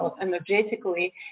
energetically